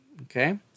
okay